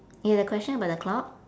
you have a question about the clock